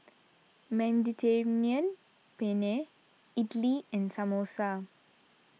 Mediterranean Penne Idili and Samosa